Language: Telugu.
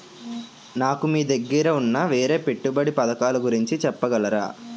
నాకు మీ దగ్గర ఉన్న వేరే పెట్టుబడి పథకాలుగురించి చెప్పగలరా?